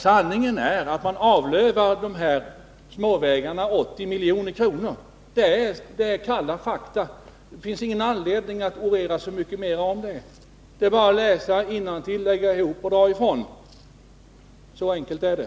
Sanningen är att man avlövar dessa småvägar 80 milj.kr. Det är kalla fakta. Det finns ingen anledning att orera så mycket mer om det. Det är bara att läsa innantill, lägga ihop och dra ifrån. Så enkelt är det.